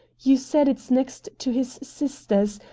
you said it's next to his sister's.